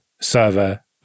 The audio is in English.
server